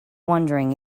wondering